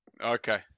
Okay